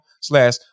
slash